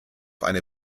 eine